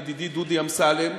ידידי דודי אמסלם,